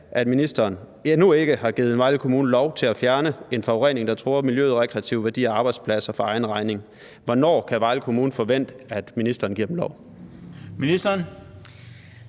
at ministeren endnu ikke har givet Vejle Kommune lov til at fjerne en forurening, der truer miljøet og rekreative værdier og arbejdspladser, for egen regning. Hvornår kan Vejle Kommune forvente, at ministeren giver dem lov? Kl.